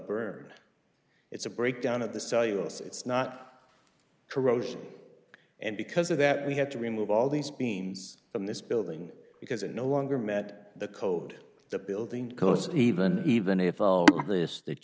bird it's a breakdown of the cellulose it's not corrosion and because of that we had to remove all these beams from this building because it no longer met the code the building costs even even if this that